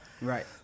Right